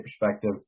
perspective